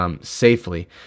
Safely